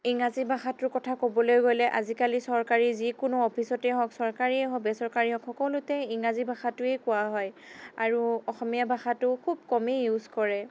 ইংৰাজী ভাষাটোৰ কথা ক'বলৈ গ'লে আজিকালি চৰকাৰী যিকোনো অফিচতে হওঁঁক চৰকাৰীয়ে হওঁক বেচৰকাৰীয়েই হওঁক সকলোত ইংৰাজী ভাষাটোৱে কোৱা হয় আৰু অসমীয়া ভাষাটো খুব কমেই ইউজ কৰে